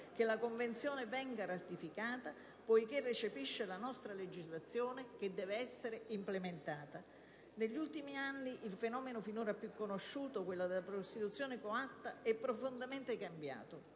che la Convenzione venga ratificata poiché recepisce la nostra legislazione che deve essere implementata. Negli ultimi anni il fenomeno finora più conosciuto, quello della prostituzione coatta, è profondamente cambiato